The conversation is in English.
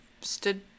stood